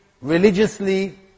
religiously